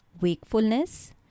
wakefulness